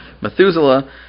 Methuselah